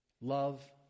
love